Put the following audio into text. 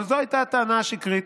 אבל זו הייתה הטענה השקרית.